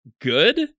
good